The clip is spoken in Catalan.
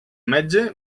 metge